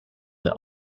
that